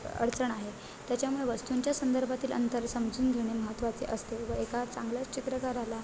अडचण आहे त्याच्यामुळे वस्तूंच्या संदर्भातील अंतर समजून घेणे महत्त्वाचे असते व एका चांगल्या चित्रकाराला